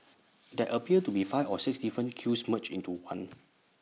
there appears to be five or six different queues merged into one